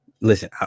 Listen